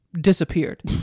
disappeared